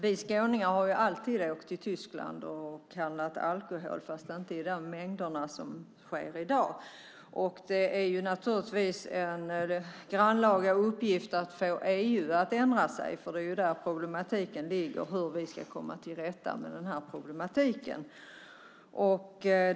Vi skåningar har alltid åkt till Tyskland för att handla alkohol, dock inte i de mängder som sker i dag, och det är naturligtvis en grannlaga uppgift att få EU att ändra sig. Det är ju där problemet hur vi ska komma till rätta med detta ligger.